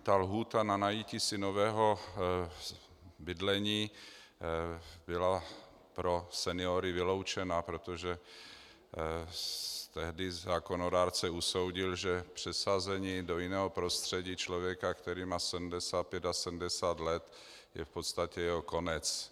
Ta lhůta na najití si nového bydlení byla pro seniory vyloučena, protože tehdy zákonodárce usoudil, že přesazení do jiného prostředí člověka, který má 70, 75 let, je v podstatě jeho konec.